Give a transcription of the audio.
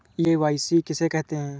KYC किसे कहते हैं?